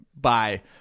bye